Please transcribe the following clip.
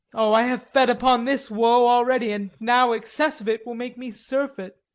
o, i have fed upon this woe already, and now excess of it will make me surfeit.